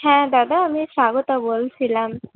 হ্যাঁ দাদা আমি স্বাগতা বলছিলাম